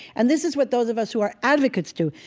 and this is what those of us who are advocates do.